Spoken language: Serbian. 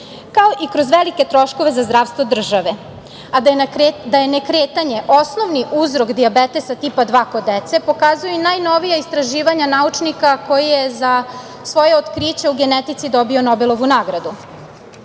kao i kroz velike troškove za zdravstvo države. Da je nekretanje osnovni uzrok dijabetesa tipa 2 kod dece pokazuju i najnovija istraživanja naučnika koji je za svoje otkriće u genetici dobio Nobelovu nagradu.